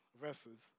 verses